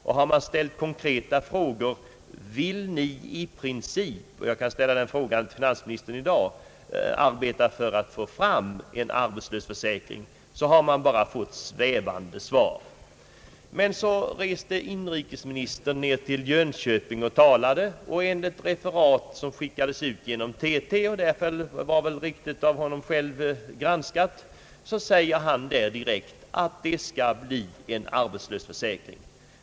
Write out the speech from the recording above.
När vi har ställt den konkreta frågan — jag upprepar den nu till finansministern: Vill ni i princip arbeta för att få fram en arbetslöshetsförsäkring? — så har vi bara fått svävande svar. Men så reste inrikesministern ned till Jönköping och talade. Enligt referat som skickades ut genom TT — det var väl granskat av honom själv — sade han där direkt att det skall bli en arbetslöshetsförsäkring.